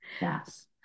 yes